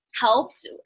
helped